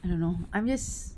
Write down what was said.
I don't know I'm just